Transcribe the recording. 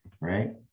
right